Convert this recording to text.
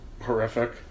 horrific